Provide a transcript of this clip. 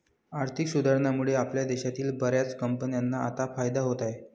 आर्थिक सुधारणांमुळे आपल्या देशातील बर्याच कंपन्यांना आता फायदा होत आहे